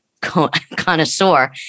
connoisseur